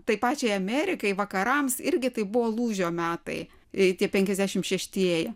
tai pačiai amerikai vakarams irgi tai buvo lūžio metai tie penkiasdešimt šeštieji